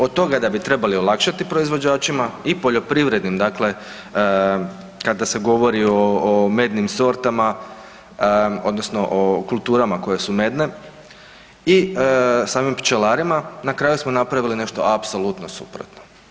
Od toga da bi trebali olakšati proizvođačima i poljoprivrednim kada se govori o mednim sortama odnosno o kulturama koje su medne i samim pčelarima, na kraju smo napravili nešto apsolutno suprotno.